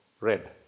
red